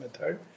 method